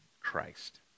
Christ